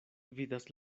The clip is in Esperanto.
vidas